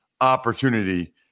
opportunity